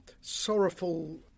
sorrowful